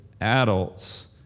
adults